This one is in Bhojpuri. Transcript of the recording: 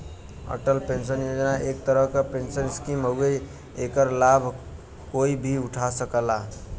अटल पेंशन योजना एक तरह क पेंशन स्कीम हउवे एकर लाभ कोई भी उठा सकला